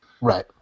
Right